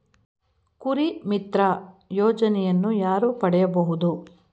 ಕುರಿಮಿತ್ರ ಯೋಜನೆಯನ್ನು ಯಾರು ಪಡೆಯಬಹುದು?